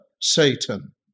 Satan